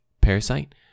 parasite